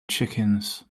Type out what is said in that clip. chickens